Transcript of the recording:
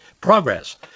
progress